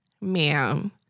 ma'am